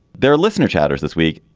their listener chatters this week.